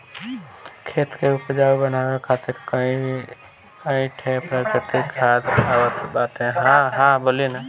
खेत के उपजाऊ बनावे खातिर कई ठे प्राकृतिक खाद आवत बा